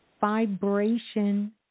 vibration